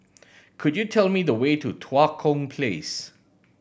could you tell me the way to Tua Kong Place